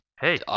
Hey